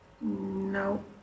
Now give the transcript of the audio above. No